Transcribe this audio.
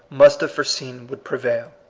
must have foreseen would prevail.